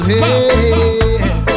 Hey